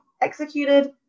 executed